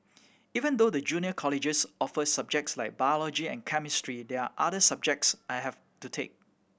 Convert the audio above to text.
even though the junior colleges offer subjects like biology and chemistry there are other subjects I have to take